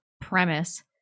premise